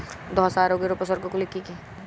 ধসা রোগের উপসর্গগুলি কি কি?